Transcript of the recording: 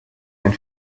ein